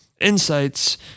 insights